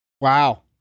Wow